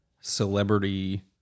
celebrity